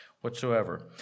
whatsoever